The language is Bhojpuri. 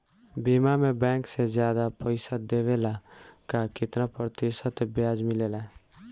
बीमा में बैंक से ज्यादा पइसा देवेला का कितना प्रतिशत ब्याज मिलेला?